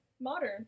modern